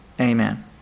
Amen